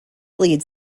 leads